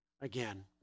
again